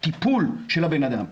בטיפול של האדם,